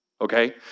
okay